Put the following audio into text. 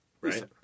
Right